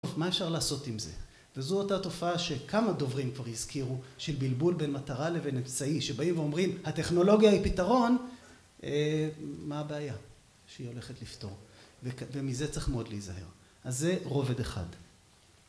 מה אפשר לעשות עם זה? וזו אותה תופעה שכמה דוברים כבר הזכירו של בלבול בין מטרה לבין אמצעי, שבאים ואומרים, הטכנולוגיה היא פתרון, מה הבעיה שהיא הולכת לפתור? ומזה צריך מאוד להיזהר. אז זה רובד אחד.